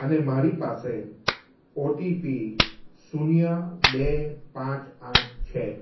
અને મારી પાસે ઓટીપી શૂન્ય બે પાંચ આઠ છે